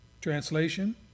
Translation